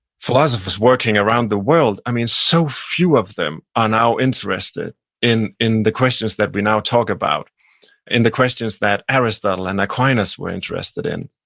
philosophers working around the world, i mean so few of them are now interested in in the questions that we now talk about and the questions that aristotle and aquinas were interested in.